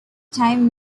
time